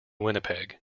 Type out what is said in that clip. winnipeg